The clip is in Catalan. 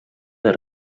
dels